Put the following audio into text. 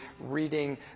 reading